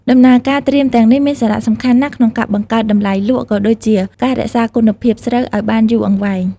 ដំណើរការត្រៀមទាំងនេះមានសារៈសំខាន់ណាស់ក្នុងការបង្កើនតម្លៃលក់ ក៏ដូចជាការរក្សាគុណភាពស្រូវឲ្យបានយូរអង្វែង។